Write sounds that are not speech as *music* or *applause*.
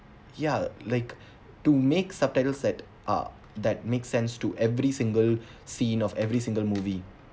ya like to make subtitle said ah that makes sense to every single *breath* scene of every single movie